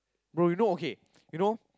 bro you know okay you know